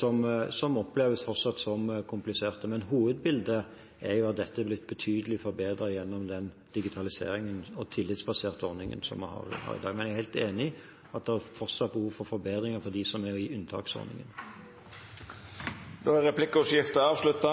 som fortsatt oppleves som kompliserte. Hovedbildet er at dette er blitt betydelig forbedret gjennom den digitaliseringen og tillitsbaserte ordningen som vi har i dag, men jeg er helt enig i at det fortsatt er behov for forbedringer for dem som er i unntaksordningen. Replikkordskiftet er avslutta.